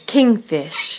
Kingfish